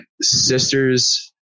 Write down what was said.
sister's